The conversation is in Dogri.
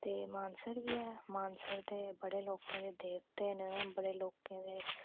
ते मानसर बी ऐ मानसर दे बड़े लोकें देवते न बड़े लोकें दे